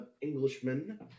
Englishman